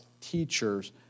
teachers